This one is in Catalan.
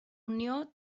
unió